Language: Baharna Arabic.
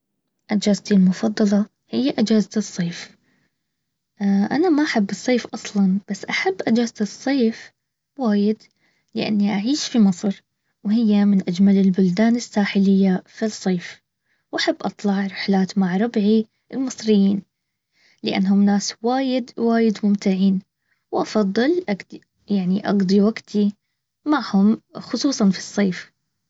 اجلتي المفضلة هي اجازة الصيف. انا ما احب الصيف اصلا بس احب ادرس الصيف وايد لاني اعيش في مصر وهي من اجمل البلدان الساحلية في الصيف. واحب اطلع رحلات مع ربعي المصريين. لانهم ناس وايد وايد ممتعين. وافضل يعني اقضي وقتي. معهم خصوصا في الصيف